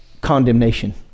condemnation